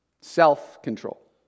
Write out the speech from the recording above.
self-control